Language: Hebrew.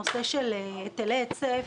הנושא של היטלי היצף,